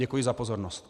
Děkuji za pozornost.